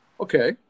Okay